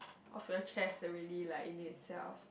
of your chest and really like in itself